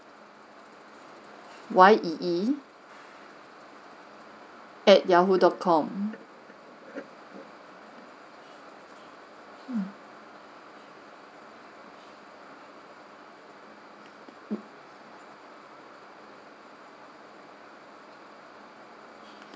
Y E E at yahoo dot com um